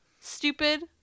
stupid